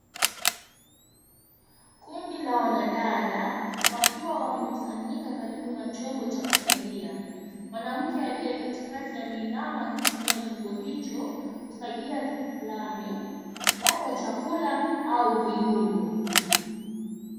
Kundi la wanadada, wakiwa wamekusanyika karibu na chombo cha kusagia. Mwanamke aliye katikati ameinama akitumia chombo hicho kusagia kitu fulani, labda chakula au viungo.